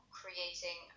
creating